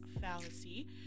fallacy